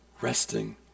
Resting